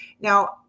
Now